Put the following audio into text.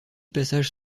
passages